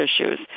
issues